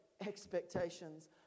expectations